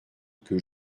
que